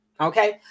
Okay